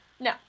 no